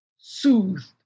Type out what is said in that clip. soothed